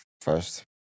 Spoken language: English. first